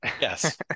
Yes